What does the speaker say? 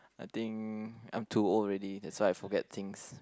I think I'm too old already that's why I forget things